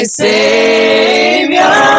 savior